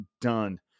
done